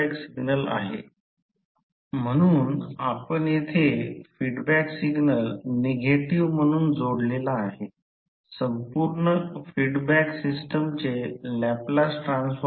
magnetising करंटची दिशा उलट करण्यासाठी आणि त्याच वेळी हळूहळू करंट शून्यपर्यंत कमी करावे लागेल तरच B H 0 मिळेल आणि ज्यामुळे मॅग्नेटिक फिल्ड स्ट्रेंथ H चे मूल्य वाढते आणि संबंधित फ्लक्स डेन्सिटी B मोजले जाते